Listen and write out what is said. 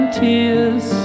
tears